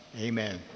amen